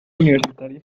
universitario